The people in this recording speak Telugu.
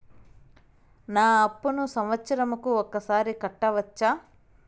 నా అప్పును సంవత్సరంకు ఒకసారి కట్టవచ్చా?